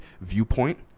viewpoint